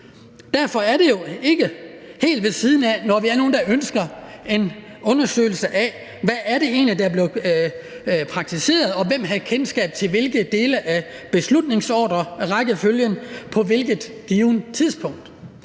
Derfor er det jo ikke helt ved siden af, når vi er nogle, der ønsker en undersøgelse af, hvad det egentlig er, der er blevet praktiseret, og hvem der havde kendskab til hvilke dele af beslutningen, af rækkefølgen af ordrer, på hvilke tidspunkter.